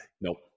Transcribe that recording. Nope